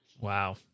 Wow